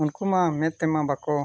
ᱩᱱᱠᱩᱢᱟ ᱢᱮᱫ ᱛᱮᱢᱟ ᱵᱟᱠᱚ